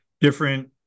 different